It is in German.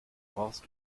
horst